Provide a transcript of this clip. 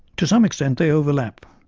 to some extent they overlap.